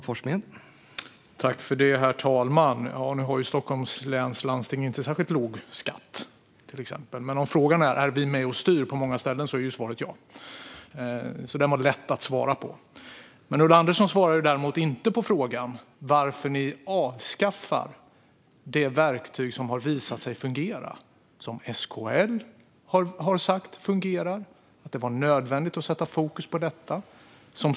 Herr talman! Nu har ju till exempel Stockholms läns landsting inte särskilt låg skatt. Men om frågan är om vi är med och styr på många ställen är svaret ja. Den frågan var lätt att svara på. Ulla Andersson svarar däremot inte på frågan. Varför avskaffar ni det verktyg som har visat sig fungera? SKL har sagt att det fungerar och att det var nödvändigt att sätta fokus på detta.